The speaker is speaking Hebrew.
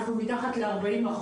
אנחנו מתחת ל-40%.